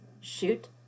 shoot